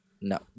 no